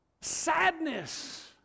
sadness